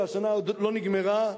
והשנה עוד לא נגמרה,